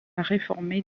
réformer